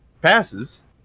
passes